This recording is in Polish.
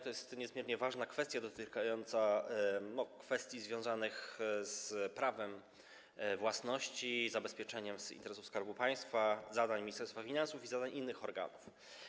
To jest niezmiernie ważna kwestia, dotykająca spraw związanych z prawem własności, zabezpieczeniem interesów Skarbu Państwa, zadań Ministerstwa Finansów i zadań innych organów.